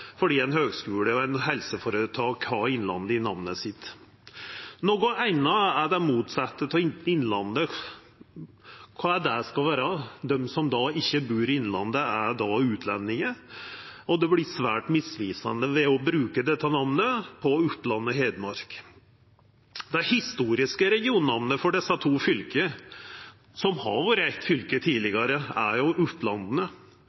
fordi ein høgskule og eit helseføretak har Innlandet i namnet sitt. Noko anna er kva det motsette av Innlandet skal vera. Er dei som ikkje bur i Innlandet, då utlendingar? Det vert svært misvisande å bruka dette namnet på Oppland og Hedmark. Det historiske regionnamnet på desse to fylka – som har vore eitt fylke